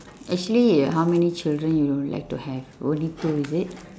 actually how many children you will like to have only two is it